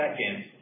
Second